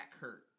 hurt